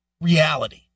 reality